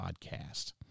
podcast